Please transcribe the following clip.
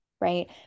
right